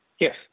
Yes